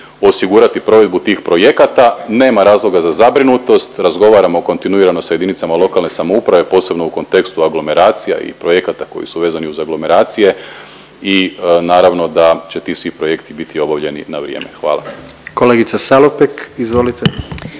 osigurati provedbu tih projekata. Nema razloga za zabrinutost, razgovaramo kontinuirano sa JLS, posebno u kontekstu aglomeracija i projekata koji su vezani uz aglomeracije i naravno da će ti svi projekti biti obavljeni na vrijeme, hvala. **Jandroković,